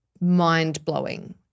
mind-blowing